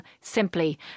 simply